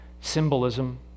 Symbolism